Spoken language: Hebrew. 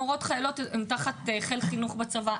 מורות חיילות הן תחת חיל חינוך בצבא,